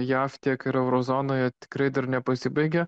jav tiek ir euro zonoje tikrai dar nepasibaigė